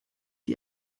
ihr